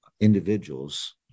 individuals